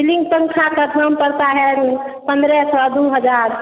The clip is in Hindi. सीलिंग पंखा का दाम पता है पन्द्रह सौ दो हजार